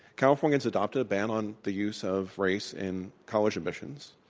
californians adopted a ban on the use of race in college admissions.